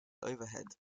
overhead